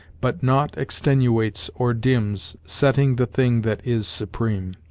but naught extenuates or dims, setting the thing that is supreme.